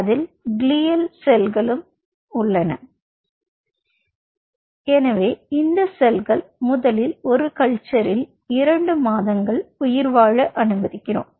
அதில் கிளியல் செல்களும் உள்ளன எனவே இந்த செல்கள் முதலில் ஒரு கல்ச்சரில் 2 மாதங்கள் உயிர்வாழ அனுமதிக்கிறோம்